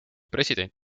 president